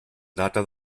data